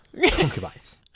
Concubines